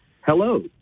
Hello